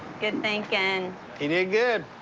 good thinking. he did good.